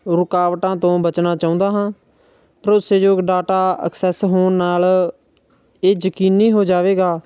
ਰੁਕਾਵਟਾਂ ਤੋਂ ਬਚਣਾ ਚਾਹੁੰਦਾ ਹਾਂ ਭਰੋਸੇਯੋਗ ਡਾਟਾ ਅਕਸੈਸ ਹੋਣ ਨਾਲ ਇਹ ਯਕੀਨੀ ਹੋ ਜਾਵੇਗਾ